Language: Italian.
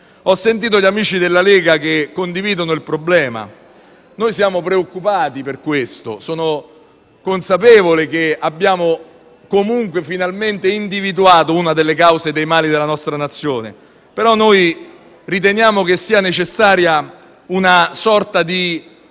Ho sentito gli amici della Lega condividere il problema. Noi siamo preoccupati per questo. Sono consapevole che abbiamo finalmente individuato una delle cause dei mali della nostra Nazione, ma riteniamo necessaria una sorta di